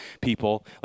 people